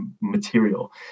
material